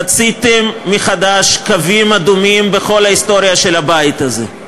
חציתם מחדש קווים אדומים בכל ההיסטוריה של הבית הזה.